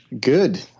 Good